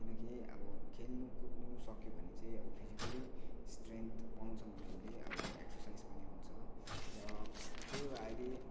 किनकि खेल्नु कुद्नु सक्यो भने चाहिँ अब फिजिकली स्ट्रेन्थ पाउँछ उनीहरूले अब एक्सरसाइज पनि हुन्छ र त्यही हो अहिले